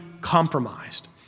compromised